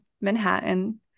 Manhattan